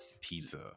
pizza